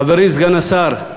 חברי סגן השר,